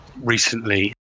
recently